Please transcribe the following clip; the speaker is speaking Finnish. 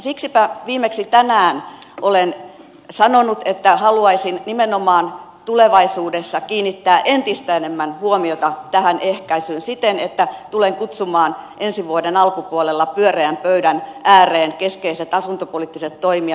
siksipä viimeksi tänään olen sanonut että haluaisin tulevaisuudessa nimenomaan kiinnittää entistä enemmän huomiota tähän ehkäisyyn siten että tulen kutsumaan ensi vuoden alkupuolella pyöreän pöydän ääreen keskeiset asuntopoliittiset toimijat